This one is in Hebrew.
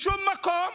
לשום מקום,